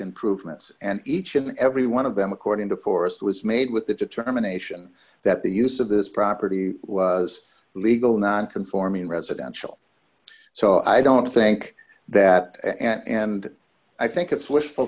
improvements and each and every one of them according to forest was made with the determination that the use of this property was legal non conforming residential so i don't think that and i think it's wishful